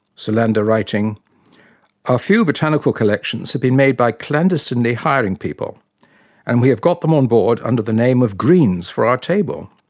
solander writing our few botanical collections have been made by clandestinely hiring people and we have got them on board under the name of greens for our table.